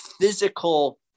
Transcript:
physical